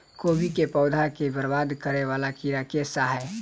कोबी केँ पौधा केँ बरबाद करे वला कीड़ा केँ सा है?